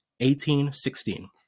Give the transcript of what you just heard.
1816